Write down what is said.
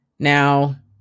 Now